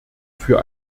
für